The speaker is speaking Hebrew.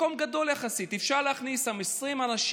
זה מקום גדול יחסית, אפשר להכניס שם 20 אנשים,